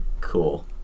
Cool